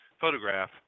photograph